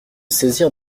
saisir